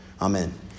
Amen